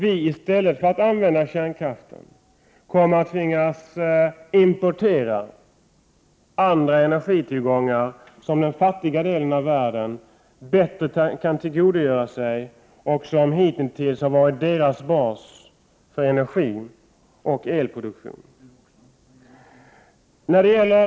I stället för att använda kärnkraften kommer vi därför att tvingas importera andra energislag som den fattiga delen av världen bättre kan tillgodogöra sig och som hitintills har utgjort basen för dess elproduktion, dess energiproduktion.